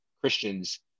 Christians